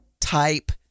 type